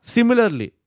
Similarly